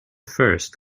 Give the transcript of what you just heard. first